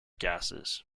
gases